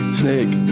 snake